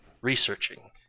researching